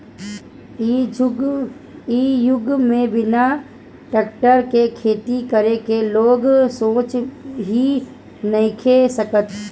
इ युग में बिना टेक्टर के खेती करे के लोग सोच ही नइखे सकत